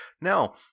Now